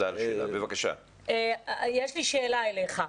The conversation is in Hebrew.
יש לי שאלה אליך.